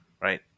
right